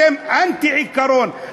אתם אנטי-עיקרון,